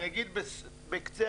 אגיד בקצרה